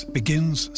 begins